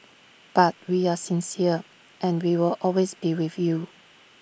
but we are sincere and we will always be with you